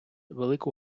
велику